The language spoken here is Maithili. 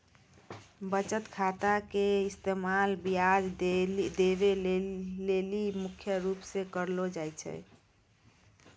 बचत खाता के इस्तेमाल ब्याज देवै लेली मुख्य रूप से करलो जाय छै